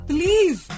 Please